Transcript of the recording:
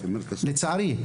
לצערי.